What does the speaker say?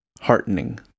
heartening